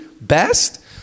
Best